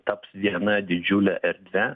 taps viena didžiule erdve